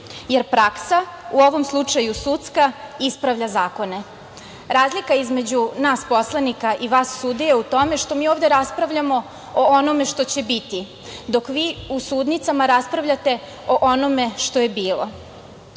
jer praksa u ovom slučaju sudska, ispravlja zakone. Razlika između nas poslanika i vas sudija je u tome što mi ovde raspravljamo o onome što će biti, dok vi u sudnicama raspravljate o onome što je